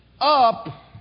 up